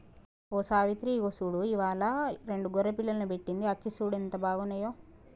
ఓ సావిత్రి ఇగో చూడు ఇవ్వాలా రెండు గొర్రె పిల్లలు పెట్టింది అచ్చి సూడు ఎంత బాగున్నాయో